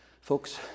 Folks